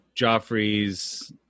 Joffrey's